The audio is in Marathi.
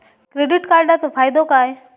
क्रेडिट कार्डाचो फायदो काय?